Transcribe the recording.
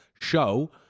show